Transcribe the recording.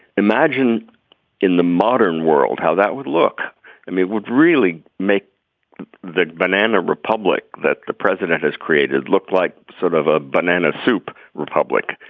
imagine in the modern world how that would look and it would really make the banana republic that the president has created looked like sort of a banana soup republic.